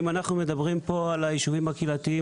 אם אנחנו מדברים פה על הישובים הקהילתיים,